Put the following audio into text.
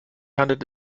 handelt